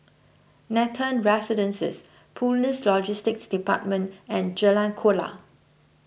Nathan Residences Police Logistics Department and Jalan Kuala